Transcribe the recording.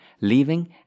leaving